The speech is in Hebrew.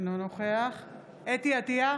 אינו נוכח חוה אתי עטייה,